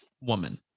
woman